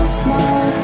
small